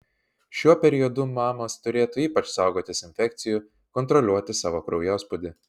šiuo periodu mamos turėtų ypač saugotis infekcijų kontroliuoti savo kraujospūdį